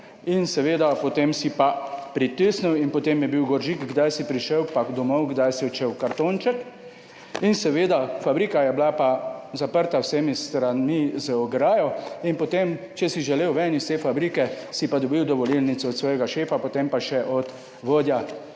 in seveda potem si pa pritisnil in potem je bil gor žig Kdaj si prišel, pa domov kdaj si odšel, kartonček. In seveda, fabrika je bila pa zaprta z vsemi stranmi, z ograjo in potem, če si želel ven iz te fabrike, si pa dobil dovolilnico od svojega šefa, potem pa še od vodja